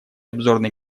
обзорной